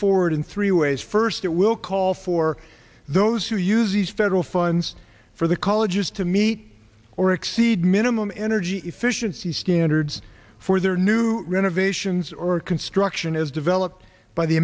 forward in three ways first that will call for those who use these federal funds for the colleges to meet or exceed minimum energy efficiency standards for their new renovations or construction is developed by the